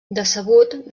decebut